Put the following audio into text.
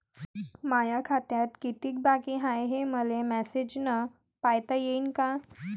माया खात्यात कितीक बाकी हाय, हे मले मेसेजन पायता येईन का?